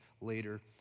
later